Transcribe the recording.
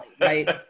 right